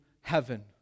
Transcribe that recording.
heaven